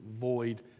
void